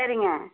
சரிங்க